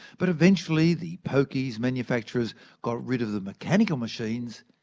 but eventually the pokies manufacturers got rid of the mechanical machines,